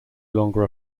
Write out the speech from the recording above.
longer